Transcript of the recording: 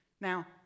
Now